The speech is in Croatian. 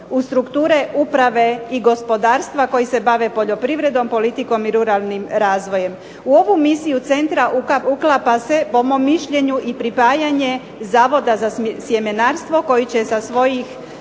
u strukture uprave i gospodarstva koji se bave poljoprivredom, politikom i ruralnim razvojem. U ovu misiju Centra uklapa se i pripajanje Zavoda za sjemenarstvo koji će sa svojih